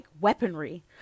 weaponry